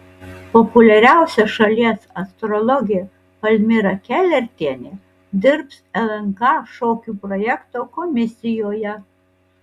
populiariausia šalies astrologė palmira kelertienė dirbs lnk šokių projekto komisijoje